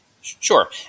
Sure